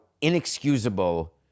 inexcusable